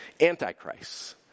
antichrist